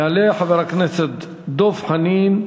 יעלה חבר הכנסת דב חנין,